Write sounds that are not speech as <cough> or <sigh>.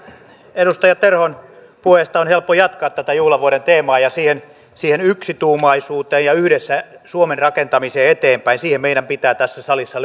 edustaja terhon puheesta on helppo jatkaa tätä juhlavuoden teemaa ja siihen siihen yksituumaisuuteen ja yhdessä suomen rakentamiseen eteenpäin meidän pitää tässä salissa <unintelligible>